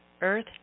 Earth